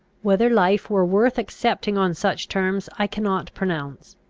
whether life were worth accepting on such terms i cannot pronounce.